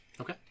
Okay